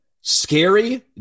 scary